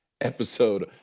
episode